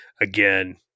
again